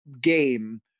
game